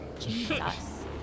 Jesus